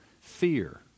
fear